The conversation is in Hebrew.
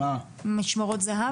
משמרות זה"ב?